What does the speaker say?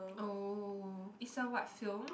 oh is a what sale